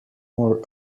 more